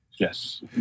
Yes